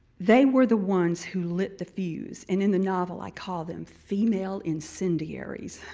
they were the ones who lit the fuse. and in the novel i call them female incendiaries.